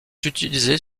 utilisées